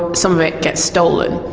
some of it gets stolen.